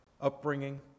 upbringing